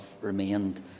remained